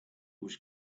was